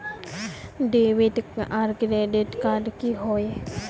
Debit आर credit card की होय?